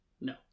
No